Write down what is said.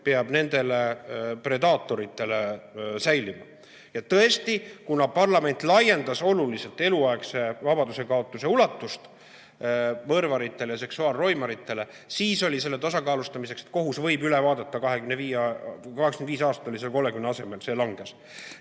peab nendele predaatoritele säilima. Ja tõesti, kuna parlament laiendas oluliselt eluaegse vabadusekaotuse ulatust mõrvaritele ja seksuaalroimaritele, siis oli selle tasakaalustamiseks, et kohus võib asja üle vaadata ja 25 aastat oli seal 30 asemel. See langes.